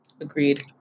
Agreed